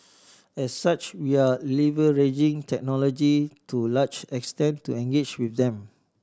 as such we are leveraging technology to large extent to engage with them